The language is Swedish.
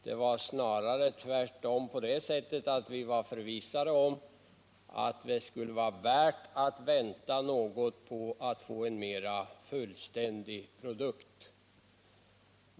Det var snarare tvärtom så att vi var förvissade om att det skulle vara värt att vänta på en mera fullständig produkt.